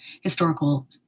historical